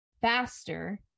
faster